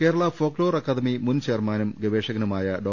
Kerala folklore academy മുൻചെയർമാനും ഗവേഷകനു മായ ഡോ